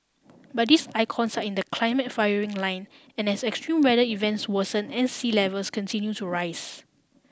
but these icons are in the climate firing line as extreme weather events worsen and sea levels continue to rise